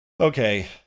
Okay